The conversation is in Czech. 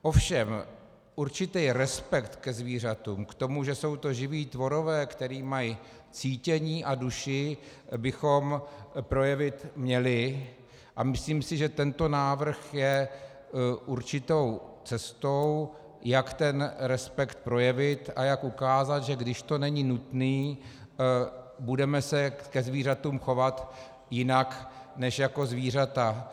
Ovšem určitý respekt ke zvířatům, k tomu, že jsou to živí tvorové, kteří mají cítění a duši, bychom projevit měli a myslím si, že tento návrh je určitou cestou, jak ten respekt projevit a jak ukázat, že když to není nutné, budeme se ke zvířatům chovat jinak než jako zvířata.